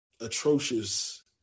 atrocious